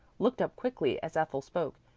looked up quickly as ethel spoke,